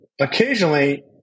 occasionally